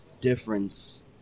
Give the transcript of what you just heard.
difference